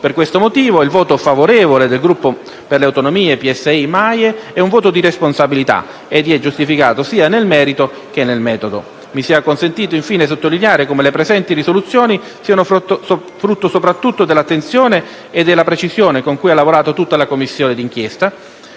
Per questo motivo, il voto favorevole del gruppo Gruppo Per le Autonomie-PSI-MAIE è un voto di responsabilità ed è giustificato sia nel merito che nel metodo. Mi sia consentito, infine, sottolineare come le presenti risoluzioni siano frutto soprattutto dell'attenzione e della precisione con cui ha lavorato tutta la Commissione di inchiesta: